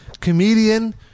Comedian